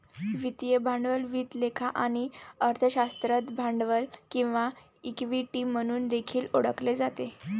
वित्तीय भांडवल वित्त लेखा आणि अर्थशास्त्रात भांडवल किंवा इक्विटी म्हणून देखील ओळखले जाते